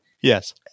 yes